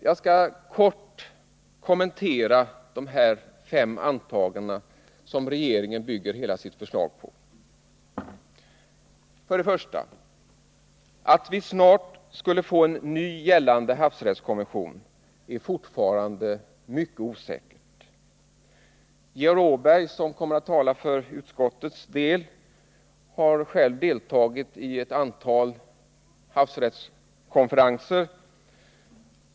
Jag skall kort kommentera dessa fem antaganden som regeringen bygger hela sitt förslag på. För det första: Att vi snart skulle få en ny gällande havsrättskonvention är fortfarande mycket osäkert. Georg Åberg, som kommer att tala för utskottet, har själv deltagit i ett antal havsrättskonferenser.